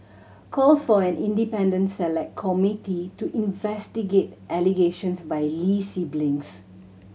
calls for an independent Select Committee to investigate allegations by Lee siblings